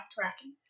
tracking